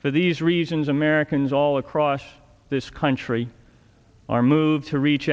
for these reasons americans all across this country are moved to reach